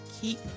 Keep